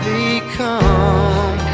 become